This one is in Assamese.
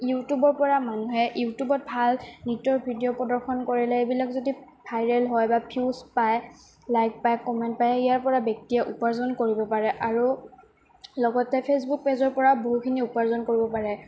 ইউটিউবৰ পৰা মানুহে ইউটিউবত ভাল নৃত্যৰ ভিডিঅ' প্ৰদৰ্শন কৰিলে এইবিলাক যদি ভাইৰেল হয় বা ভিউজ পায় লাইক পায় কমেণ্ট পায় ইয়াৰ পৰা ব্যক্তিয়ে উপাৰ্জন কৰিব পাৰে আৰু লগতে ফেচবুক পেজৰ পৰা বহুখিনি উপাৰ্জন কৰিব পাৰে